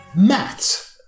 Matt